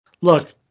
Look